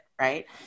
right